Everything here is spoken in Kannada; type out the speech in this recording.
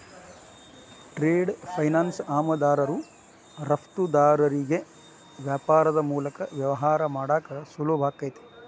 ಟ್ರೇಡ್ ಫೈನಾನ್ಸ್ ಆಮದುದಾರರು ರಫ್ತುದಾರರಿಗಿ ವ್ಯಾಪಾರದ್ ಮೂಲಕ ವ್ಯವಹಾರ ಮಾಡಾಕ ಸುಲಭಾಕೈತಿ